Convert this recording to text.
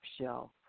shelf